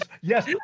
yes